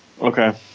okay